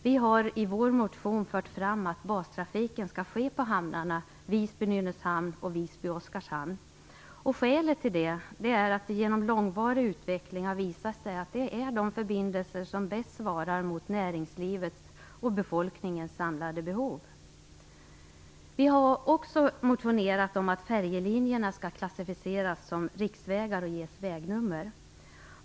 Vi har i vår motion fört fram att bastrafiken skall ske mellan hamnarna Visby Nynäshamn och Visby-Oskarshamn. Skälet till det är att det efter långvarig utveckling visat sig att dessa förbindelser är de som bäst svarar mot näringslivets och befolkningens samlade behov. Vi har också motionerat om att färjelinjerna skall klassificeras som riksvägar och ges vägnummer.